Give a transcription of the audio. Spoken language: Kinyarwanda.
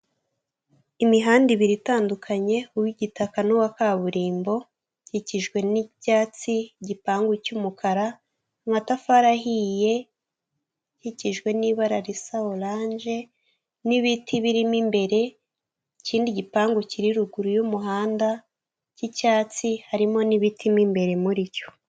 Imihanda ibiri itandukanye uw'igitaka n'uwa kaburimbo ikikijwe n'ibyatsi, igipangu cy'umukara amatafari ahiye ikikijwe n'ibara risa orange n'ibiti birimo imbere ikindi gipangu kiri ruguru y'umuhanda cy'icyatsi harimo n'ibiti birimo imbere muri cyo.